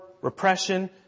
repression